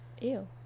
Ew